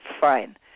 Fine